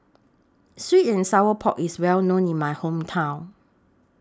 Sweet and Sour Pork IS Well known in My Hometown